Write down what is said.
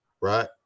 right